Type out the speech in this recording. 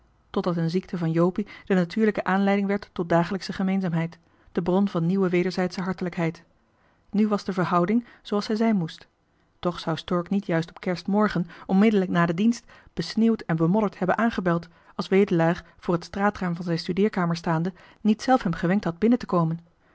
totdat een ziekte van jopie de natuurlijke aanleiding werd tot dagelijksche gemeenzaamheid de bron van nieuwe wederzijdsche hartelijkheid nu was de verhouding zooals zij zijn moest toch zou stork niet juist op kerstmorgen onmiddellijk naden dienst besneeuwd en bemodderd hebben aangebeld als wedelaar voor het straatraam van zijn studeerkamer staande niet zelf hem gewenkt had binnen te komen